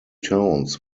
towns